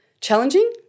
challenging